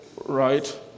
Right